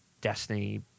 Destiny